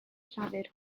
llafur